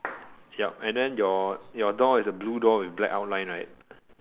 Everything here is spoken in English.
yup and then your door is a blue door with a black outline right